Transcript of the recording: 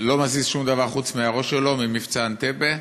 לא מזיז שום דבר חוץ מהראש שלו, ממבצע אנטבה.